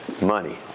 Money